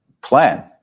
plan